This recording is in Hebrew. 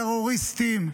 עם טרוריסטים.